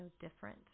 different